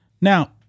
Now